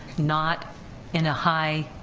not in a high,